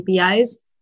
APIs